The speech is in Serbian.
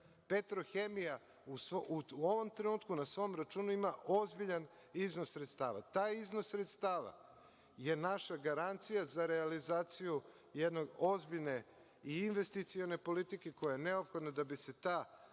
„Petrohemija“ u ovom trenutku, na svom računu, ima ozbiljan iznos sredstava. Taj iznos sredstava je naša garancija za realizaciju jedne ozbiljne investicione politike koja je neophodna da bi se ta